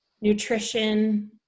nutrition